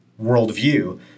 worldview